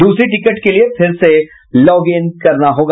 दूसरी टिकट के लिये फिर से लॉगिन करनी होगी